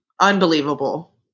unbelievable